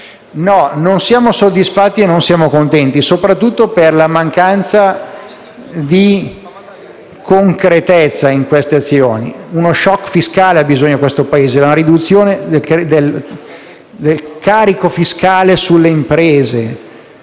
No. Non siamo soddisfatti e non siamo contenti, soprattutto per la mancanza di concretezza in queste azioni. Il Paese ha bisogno di uno *choc* fiscale, della riduzione del carico fiscale sulle imprese.